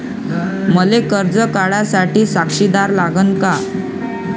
मले कर्ज काढा साठी साक्षीदार लागन का?